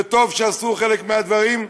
וטוב שעשו חלק מהדברים,